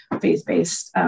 faith-based